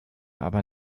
aber